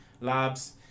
labs